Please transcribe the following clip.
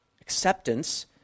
acceptance